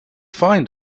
find